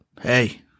hey